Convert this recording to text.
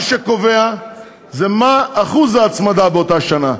מה שקובע זה מה אחוז ההצמדה באותה שנה.